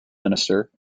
minister